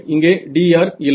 இங்கே dr இல்லை